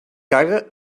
caga